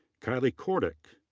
keiley kordick.